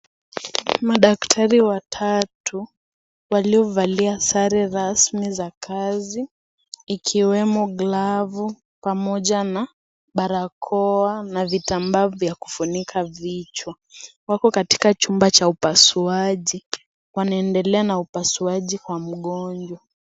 Madaktari watatu waliovalia sare rasmi za kazi ikiwemo glavu, pamoja na barakoa, na vitambaa vya kufunika vichwa. Wako katika chumba cha upasuaji wanaendelea na upasuaji kwa mgonjwa.